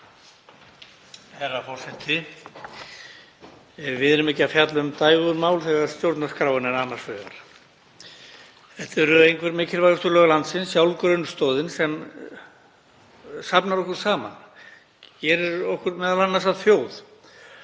Herra forseti. Við erum ekki að fjalla um dægurmál þegar stjórnarskráin er annars vegar. Þetta eru einhver mikilvægustu lög landsins, sjálf grunnstoðin sem safnar okkur saman, gerir okkur m.a. að þjóð.